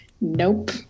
nope